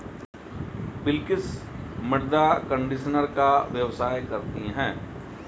बिलकिश मृदा कंडीशनर का व्यवसाय करती है